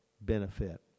benefit